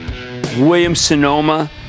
Williams-Sonoma